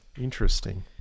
Interesting